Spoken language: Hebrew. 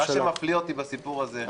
מה שמפליא אותי בסיפור הזה,